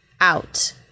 out